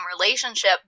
relationship